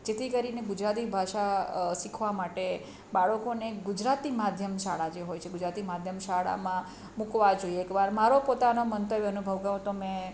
જેથી કરીને ગુજરાતી ભાષા શીખવા માટે બાળકોને ગુજરાતી માધ્યમ શાળા જે હોય છે ગુજરાતી માધ્યમ શાળામાં મૂકવા જોઈએ એક વાર મારો પોતાનો મંતવ્ય અનુભવ કહુ તો મેં